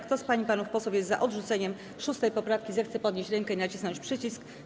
Kto z pań i panów posłów jest za odrzuceniem 6. poprawki, zechce podnieść rękę i nacisnąć przycisk.